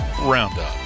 roundup